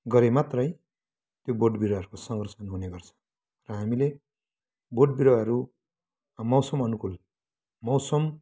गरे मात्रै त्यो बोट बिरुवाहरूको संरक्षण हुने गर्छ र हामीले बोट बिरुवाहरू मौसम अनुकूल मौसम